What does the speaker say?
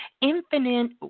Infinite